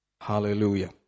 Hallelujah